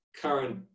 current